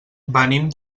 venim